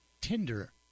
Tinder